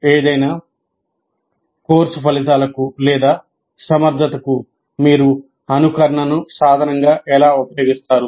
ఏదైనా కోర్సు ఫలితాలకు లేదా సమర్థతకు మీరు అనుకరణను సాధనంగా ఎలా ఉపయోగిస్తారు